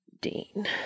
Dean